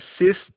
assist